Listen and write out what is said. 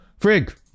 frig